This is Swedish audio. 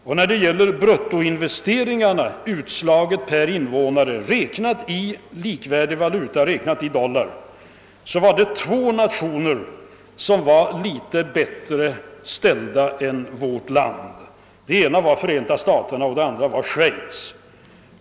Om bruttoinvesteringarna slogs ut per invånare i likvärdig valuta, dvs. i dollar, var två nationer något bättre ställda än vårt land. Den ena var Förenta staterna och den andra var Schweiz.